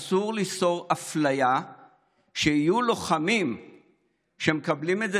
אסור ליצור אפליה כך שיהיו לוחמים שמקבלים את זה